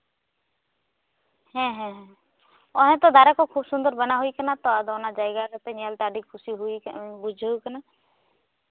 ᱦᱮᱸ ᱦᱮᱸ ᱱᱚᱜᱼᱚᱭ ᱛᱚ ᱫᱟᱨᱮ ᱠᱚ ᱠᱷᱩᱵᱽ ᱥᱩᱱᱫᱚᱨ ᱵᱮᱱᱟᱣ ᱦᱩᱭ ᱠᱟᱱᱟ ᱛᱚ ᱟᱫᱚ ᱚᱱᱟ ᱡᱟᱭᱜᱟ ᱧᱮᱞ ᱠᱟᱛᱮᱜ ᱟᱹᱰᱤ ᱠᱩᱥᱤ ᱵᱩᱡᱷᱟᱹᱣ ᱠᱟᱱᱟ